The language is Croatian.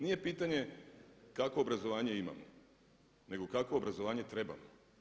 Nije pitanje kakvo obrazovanje imamo, nego kakvo obrazovanje trebamo.